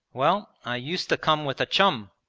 well, i used to come with a chum,